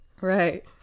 Right